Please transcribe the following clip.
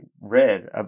read